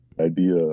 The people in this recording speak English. idea